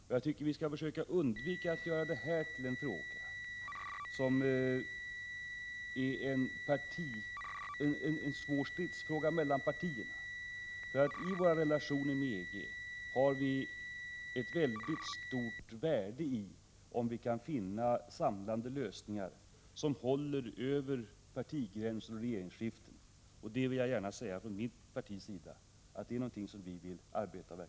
Enligt min mening bör man undvika att göra den frågan till en stridsfråga mellan de svenska partierna. I våra relationer med EG ligger det ett stort värde i samlande lösningar över partigränser; lösningar som håller även vid regeringsskiften. För folkpartiets del vill jag gärna säga att detta är någonting som vi verkar för.